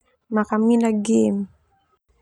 Makaminak game.